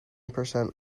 percent